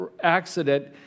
accident